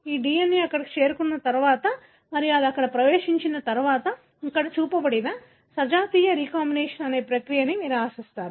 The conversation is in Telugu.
ఈ DNA అక్కడికి చేరుకున్న తర్వాత మరియు అది ప్రవేశించిన తర్వాత ఇక్కడ చూపబడిన సజాతీయ రీకంబినేషన్ అనే ప్రక్రియను మీరు ఆశిస్తారు